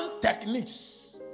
techniques